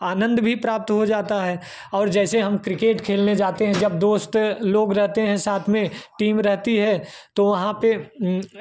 आनंद भी प्राप्त हो जाता है और जैसे हम क्रिकेट खेलने जाते हैं जब दोस्त लोग रहते हैं साथ में टीम रहती है तो वहाँ पर